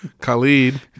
khalid